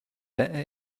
better